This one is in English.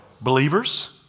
believers